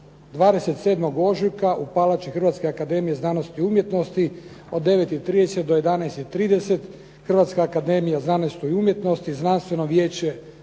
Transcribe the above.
27. ožujka u Palači Hrvatske akademije znanosti i umjetnosti od 9,30 do 11,30, Hrvatska akademija znanosti i umjetnosti, znanstveno vijeće